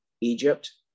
Egypt